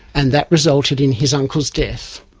and that resulted in his uncle's death.